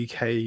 UK